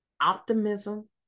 optimism